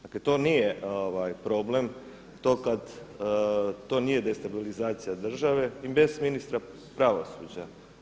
Dakle to nije problem, to nije destabilizacija države i bez ministra pravosuđa.